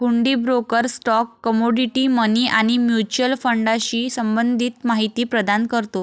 हुंडी broker stock, commodity, money आणि mutual फंडाशी संबंधित माहिती प्रदान करतो